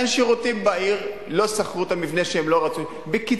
אין שירותים בעיר, לא שכרו את המבנה, בקיצור,